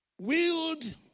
Wield